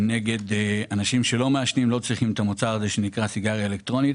וגם אנשים שלא מעשנים לא צריכים את המוצר הזה שנקרא סיגריה אלקטרונית,